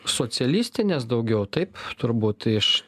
socialistinės daugiau taip turbūt iš